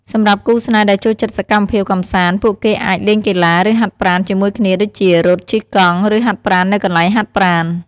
សម្រាប់គូស្នេហ៍ដែលចូលចិត្តសកម្មភាពកំសាន្ត ពួកគេអាច លេងកីឡា ឬហាត់ប្រាណ ជាមួយគ្នា ដូចជា រត់ ជិះកង់ ឬហាត់ប្រាណនៅកន្លែងហាត់ប្រាណ។